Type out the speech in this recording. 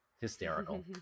hysterical